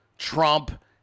Trump